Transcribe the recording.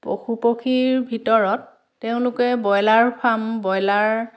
পশু পক্ষীৰ ভিতৰত তেওঁলোকে ব্ৰয়লাৰ ফাৰ্ম ব্ৰয়লাৰ